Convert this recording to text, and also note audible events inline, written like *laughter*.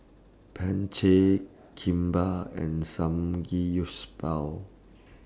*noise* Kimbap and Samgeyopsal